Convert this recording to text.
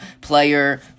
player